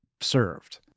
served